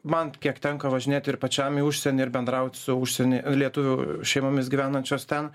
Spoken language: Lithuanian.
man kiek tenka važinėti ir pačiam į užsienį ir bendrauti su užsienio lietuvių šeimomis gyvenančios ten